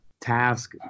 task